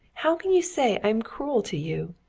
how can you say i am cruel to you?